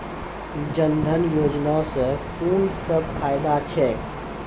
जनधन योजना सॅ कून सब फायदा छै?